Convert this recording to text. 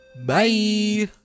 Bye